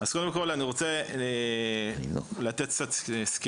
אז קודם כל אני רוצה לתת קצת סקירה